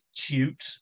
cute